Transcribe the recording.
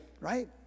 right